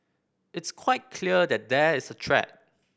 it's quite clear that there is a threat